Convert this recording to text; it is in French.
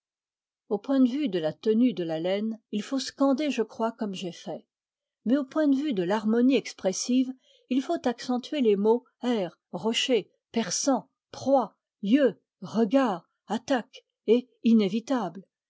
au point de vue de la tenue de l'haleine il faut scander je crois comme j'ai fait mais au point de vue de l'harmonie expressive il faut accentuer les mots airs rocher perçants proie yeux regards attaque et inévitables